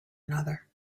another